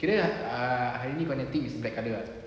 kira ah hari ni kau nya theme is black colour ah